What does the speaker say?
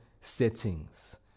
settings